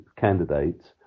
candidates